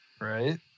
Right